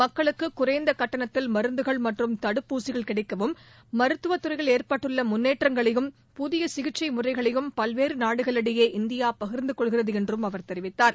மக்களுக்கு குறைந்த கட்டணத்தில் மருந்துகள் மற்றும் தடுப்பூசிகள் கிடைக்கவும் மருத்துவத் துறையில் ஏற்பட்டுள்ள முன்னேற்றங்களையும் புதிய சிகிச்சை முறைகளையும் பல்வேறு நாடுகளிடையே இந்தியா பகிர்ந்து கொள்கிறது என்றும் அவர் தெரிவித்தார்